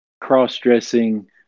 cross-dressing